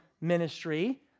ministry